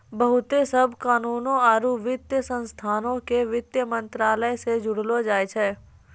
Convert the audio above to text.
बहुते सभ कानूनो आरु वित्तीय संस्थानो के वित्त मंत्रालय से जोड़लो जाय छै